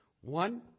one